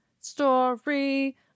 story